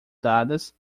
dadas